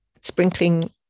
sprinkling